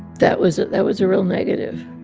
that was that was a real negative.